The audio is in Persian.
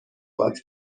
باد